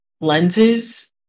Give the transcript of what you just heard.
lenses